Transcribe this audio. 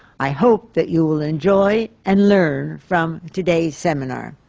i hope that you will enjoy and learn from today's seminar.